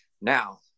now